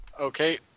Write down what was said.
Okay